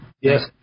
Yes